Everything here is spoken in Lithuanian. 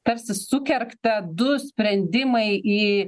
tarsi sukergta du sprendimai į